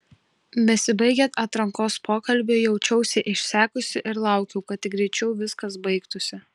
besibaigiant atrankos pokalbiui jaučiausi išsekusi ir laukiau kad tik greičiau viskas baigtųsi